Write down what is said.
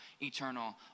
eternal